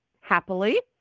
happily